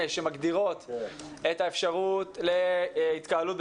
אני מתכבד לפתוח את ישיבת ועדת החינוך,